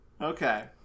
Okay